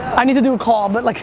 i need to do a call, but, like.